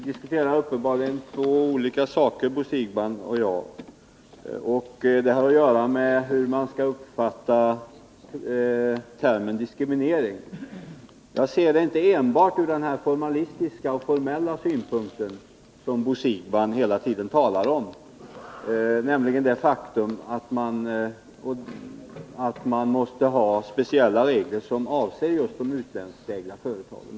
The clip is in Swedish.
Herr talman! Bo Siegbahn och jag diskuterar uppenbarligen två olika saker. Det har att göra med hur man skall uppfatta termen diskriminering. Jag ser inte frågan enbart från formalistiska och formella synpunkter, som Bo Siegbahn hela tiden talar om. Det är ett faktum att man måste ha speciella regler som avser just de utlandsägda företagen.